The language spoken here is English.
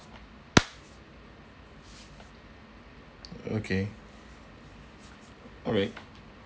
okay alright